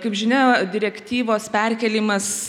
kaip žinia direktyvos perkėlimas